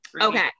okay